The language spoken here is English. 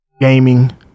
gaming